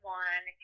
one